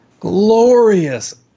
glorious